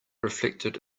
reflected